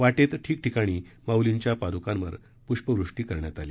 वाटेत ठिकठिकाणी माउलींच्या पाद्रकांवर प्ष्पवृष्टी करण्यात आली